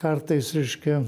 kartais reiškia